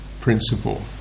principle